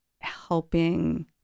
helping